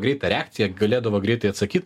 greitą reakciją galėdavo greitai atsakyt